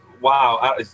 Wow